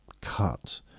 cut